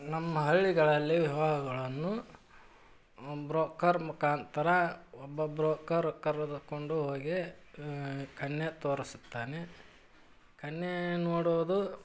ನಮ್ಮ ಹಳ್ಳಿಗಳಲ್ಲಿ ವಿವಾಹಗಳನ್ನು ಬ್ರೋಕರ್ ಮುಖಾಂತರ ಒಬ್ಬ ಬ್ರೋಕರ್ ಕರೆದುಕೊಂಡು ಹೋಗಿ ಕನ್ಯೆ ತೋರಿಸುತ್ತಾನೆ ಕನ್ಯೆ ನೋಡೋದು